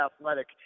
athletic